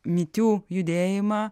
me too judėjimą